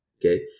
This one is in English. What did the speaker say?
okay